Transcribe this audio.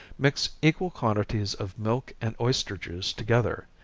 mix equal quantities of milk and oyster juice together.